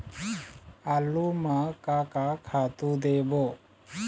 आलू म का का खातू देबो?